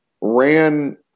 ran